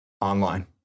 Online